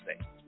say